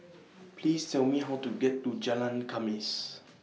Please Tell Me How to get to Jalan Khamis